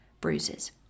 bruises